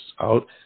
out